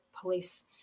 police